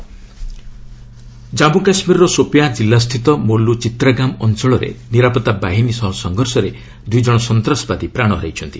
JK encounter ଜନ୍ମ୍ର କାଶ୍ମୀରର ସୋପିଆଁ କିଲ୍ଲାସ୍ଥିତ ମୋଲୁ ଚିତ୍ରାଗାମ୍ ଅଞ୍ଚଳରେ ନିରାପତ୍ତା ବାହିନୀ ସହ ସଂଘର୍ଷରେ ଦୁଇ ଜଣ ସନ୍ତାସବାଦୀ ପ୍ରାଣ ହରାଇଛନ୍ତି